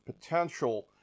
potential